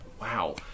Wow